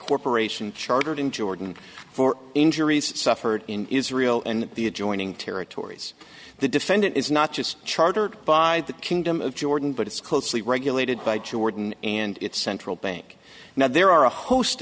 corporation chartered in jordan for injuries suffered in israel and the adjoining territories the defendant is not just chartered by the kingdom of jordan but it's closely regulated by jordan and its central bank now there are a host